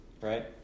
right